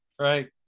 right